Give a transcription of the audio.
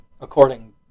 according